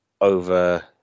over